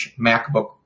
MacBook